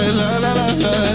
la-la-la-la